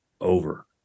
over